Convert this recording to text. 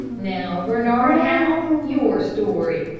now, bernard howe, your story.